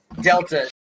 Delta